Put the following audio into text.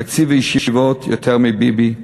תקציב הישיבות, יותר מביבי,